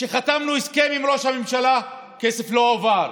חתמנו הסכם עם ראש הממשלה, כסף לא הועבר.